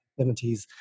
70s